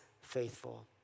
faithful